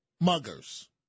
muggers